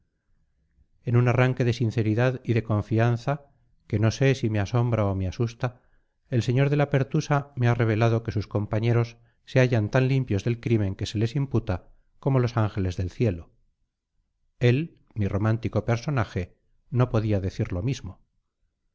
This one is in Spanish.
en un arranque de sinceridad y de confianza que no sé si me asombra o me asusta el sr de la pertusa me ha revelado que sus compañeros se hallan tan limpios del crimen que se les imputa como los ángeles del cielo él mi romántico personaje no podía decir lo mismo